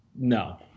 no